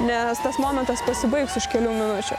nes tas momentas pasibaigs už kelių minučių